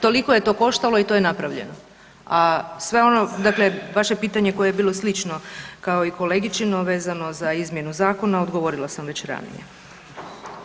Toliko je to koštalo i toliko je napravljeno, a sve ono dakle vaše pitanje koje je bilo slično kao i kolegičino vezano za izmjenu zakona odgovorila sam već ranije.